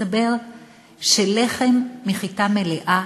מסתבר שלחם מחיטה מלאה